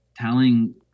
telling